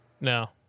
No